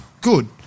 good